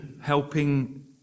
helping